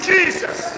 Jesus